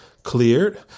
Cleared